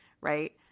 right